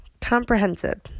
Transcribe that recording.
comprehensive